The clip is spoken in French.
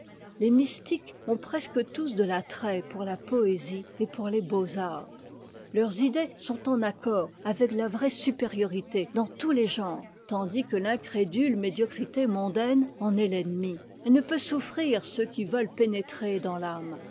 les mystiques ont presque tous de l'attrait pour la poésie et pour les beaux-arts leurs idées sont en accord avec la vraie supériorité dans tous les genres tandis que l'incrédule médiocrité mondaine en est l'ennemie elle ne peut souffrir ceux qui veulent pénétrer dans l'âme